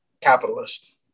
capitalist